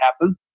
happen